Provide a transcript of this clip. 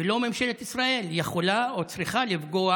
ולא ממשלת ישראל יכולים או צריכים לפגוע